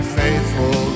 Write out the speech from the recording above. faithful